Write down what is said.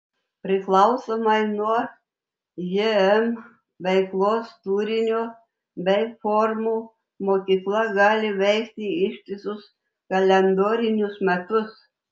priklausomai nuo jm veiklos turinio bei formų mokykla gali veikti ištisus kalendorinius metus